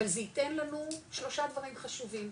אבל זה ייתן לנו שלושה דברים חשובים,